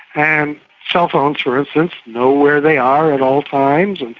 and cell phones, for instance, know where they are at all times, and